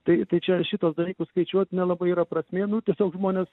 tai tai čia šituos dalykus skaičiuot nelabai yra prasmė nu tiesiog žmonės